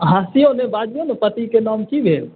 हँसियौ नहि बाजियौ ने पतिके नाम की भेल